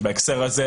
בהקשר זה,